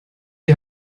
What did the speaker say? die